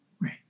Right